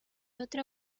otra